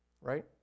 right